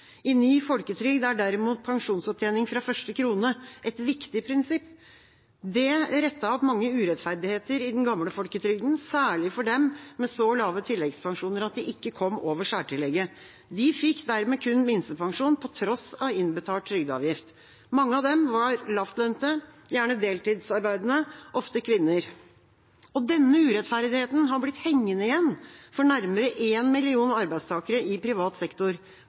I ny folketrygd er derimot pensjonsopptjening fra første krone et viktig prinsipp. Det rettet opp mange urettferdigheter i den gamle folketrygden, særlig for dem med så lave tilleggspensjoner at de ikke kom over særtillegget. De fikk dermed kun minstepensjon, på tross av innbetalt trygdeavgift. Mange av dem var lavtlønte, gjerne deltidsarbeidende, ofte kvinner. Denne urettferdigheten har blitt hengende igjen for nærmere én million arbeidstakere i privat sektor